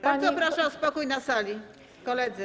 Bardzo proszę o spokój na sali, koledzy.